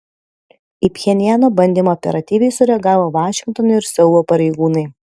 į pchenjano bandymą operatyviai sureagavo vašingtono ir seulo pareigūnai